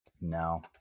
No